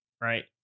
Right